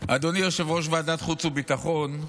אדוני יושב-ראש ועדת החוץ והביטחון,